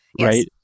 right